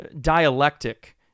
dialectic